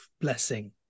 blessing